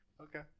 Okay